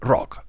Rock